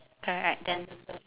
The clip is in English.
correct then